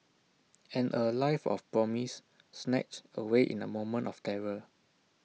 and A life of promise snatched away in A moment of terror